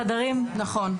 חדרים.